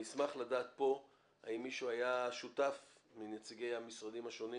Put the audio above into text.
אני אשמח לדעת פה מנציגי המשרדים השונים,